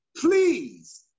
please